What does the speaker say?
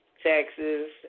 taxes